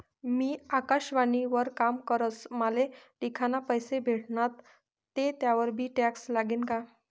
मी आकाशवाणी वर काम करस माले लिखाना पैसा भेटनात ते त्यावर बी टॅक्स लागी का?